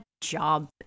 job